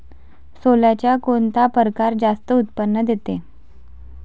सोल्याचा कोनता परकार जास्त उत्पन्न देते?